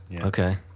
Okay